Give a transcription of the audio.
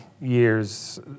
years